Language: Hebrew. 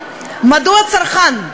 מדוע צרכן,